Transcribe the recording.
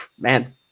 man